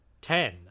ten